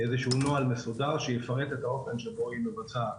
איזשהו נוהל מסודר שיפרט את האופן שבו היא מבצעת